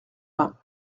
vingt